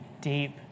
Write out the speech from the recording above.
deep